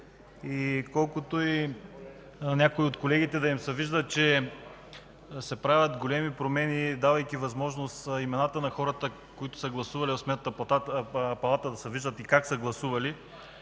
И колкото и на някои от колегите да им се вижда, че се правят големи промени, давайки възможност имената на хората, които са гласували в Сметната палата, да се виждат и как са гласували,